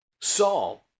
Saul